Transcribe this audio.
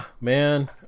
man